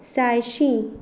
सातशीं